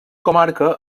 comarca